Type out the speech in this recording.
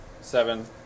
Seven